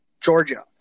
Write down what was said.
Georgia